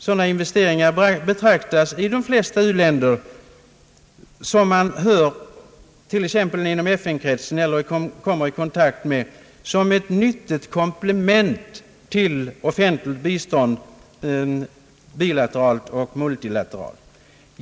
Sådana investeringar betraktas i de flesta u-länder som ett nyttigt komplement till offentligt bilateralt och multilateralt bistånd.